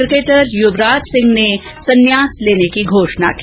cricketer Yuvraj Singh ने सन्यास लेने की घोषणा की